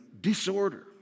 disorder